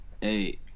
Hey